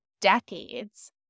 decades